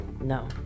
no